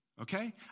okay